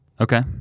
Okay